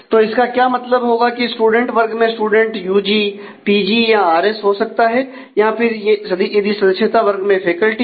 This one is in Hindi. तो इसका क्या मतलब होगा कि स्टूडेंट वर्ग में स्टूडेंट यूजी हो सकता है या फिर यदि सदस्यता वर्ग में फैकल्टी है